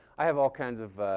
i have all kinds of